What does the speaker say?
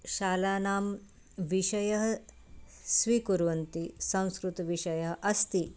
शालानां विषयं स्वीकुर्वन्ति संस्कृतविषयः अस्ति